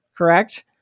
correct